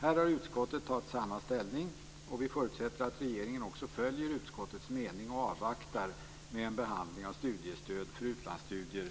Här har utskottet intagit samma ställning som Miljöpartiet, och vi förutsätter att regeringen också följer utskottets mening och avvaktar med en behandling av studiestöd för utlandsstudier